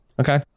Okay